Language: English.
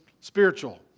Spiritual